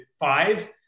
Five